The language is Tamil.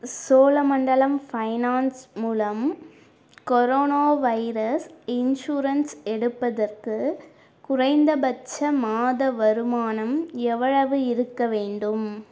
சோழமண்டலம் ஃபைனான்ஸ் மூலம் கொரோனா வைரஸ் இன்ஷுரன்ஸ் எடுப்பதற்கு குறைந்தபட்ச மாத வருமானம் எவ்வளவு இருக்கவேண்டும்